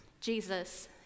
Jesus